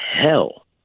hell